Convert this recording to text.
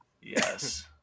yes